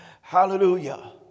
Hallelujah